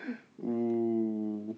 oo